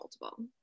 multiple